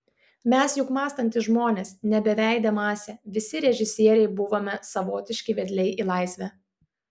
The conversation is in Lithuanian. mes juk mąstantys žmonės ne beveidė masė visi režisieriai buvome savotiški vedliai į laisvę